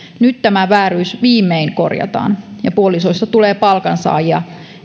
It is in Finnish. nyt tämä vääryys viimein korjataan ja puolisoista tulee palkansaajia